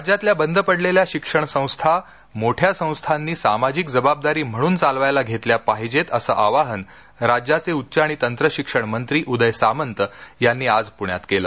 राज्यातल्या बंद पडलेल्या शिक्षण संस्था मोठ्या संस्थांनी सामाजिक जबाबदारी म्हणून चालवायला घेतल्या पाहिजेत असं आवाहन राज्याचे उच्च आणि तंत्रशिक्षण मंत्री उदय सामंत यांनी काल पुण्यात केलं